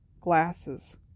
glasses